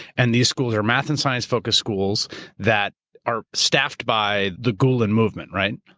and these schools are math and science focused schools that are staffed by the gulen movement. right?